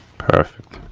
perfect.